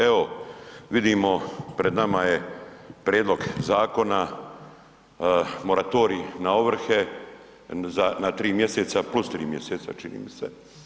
Evo, vidimo pred nama je prijedlog zakona, moratorij na ovrhe na 3 mjeseca + 3 mjeseca, čini mi se.